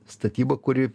statyba kuri